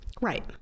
Right